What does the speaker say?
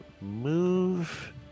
move